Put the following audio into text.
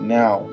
now